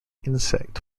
insect